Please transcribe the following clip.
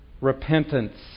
repentance